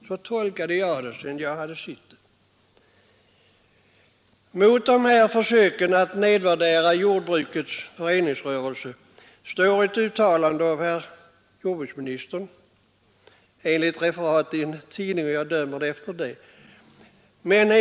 Så tolkade i varje fall jag detta program. Mot försöken att nedvärdera jordbrukets föreningsrörelse står ett uttalande av herr jordbruksministern. Jag dömer uttalandet efter ett referat i en tidning.